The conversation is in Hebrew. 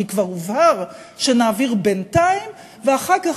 כי כבר הובהר שנעביר בינתיים ואחר כך